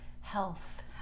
health